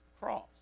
cross